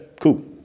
Cool